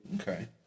Okay